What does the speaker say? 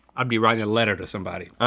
i'd be writing a letter to somebody.